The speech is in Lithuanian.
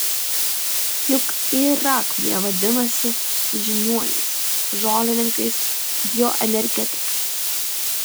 juk yra kurie vadinasi žiniuoniais žolininkais bioenergetikais